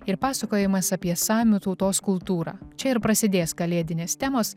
ir pasakojimas apie samių tautos kultūrą čia ir prasidės kalėdinės temos